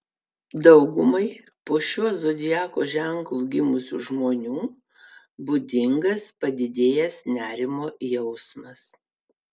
daugumai po šiuo zodiako ženklu gimusių žmonių būdingas padidėjęs nerimo jausmas